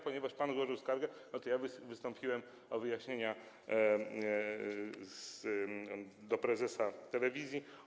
Ponieważ pan złożył skargę, to ja wystąpiłem o wyjaśnienia do prezesa telewizji.